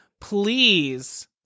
Please